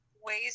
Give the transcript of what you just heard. ways